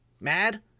mad